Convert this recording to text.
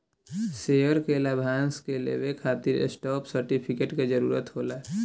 share के लाभांश के लेवे खातिर स्टॉप सर्टिफिकेट के जरूरत होला